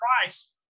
price